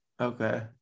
Okay